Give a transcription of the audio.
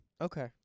Okay